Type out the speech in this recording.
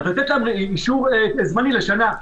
לתת להם אישור זמני לשנה,